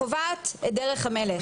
קובעת את דרך המלך,